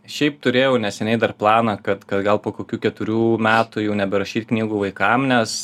šiaip turėjau neseniai dar planą kad kad gal po kokių keturių metų jau neberašyt knygų vaikam nes